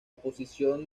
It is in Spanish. posición